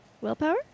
Willpower